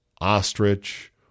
ostrich